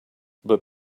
but